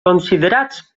considerats